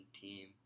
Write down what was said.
team